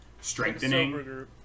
strengthening